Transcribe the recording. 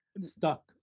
stuck